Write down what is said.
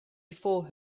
before